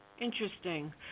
interesting